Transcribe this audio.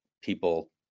people